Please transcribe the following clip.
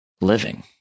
living